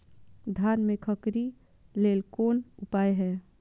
धान में खखरी लेल कोन उपाय हय?